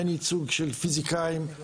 אין ייצוג של פיזיקאים,